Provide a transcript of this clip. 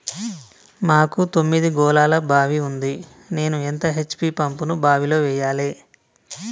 మాకు తొమ్మిది గోళాల బావి ఉంది నేను ఎంత హెచ్.పి పంపును బావిలో వెయ్యాలే?